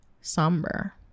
somber